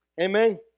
amen